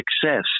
success